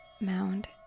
mound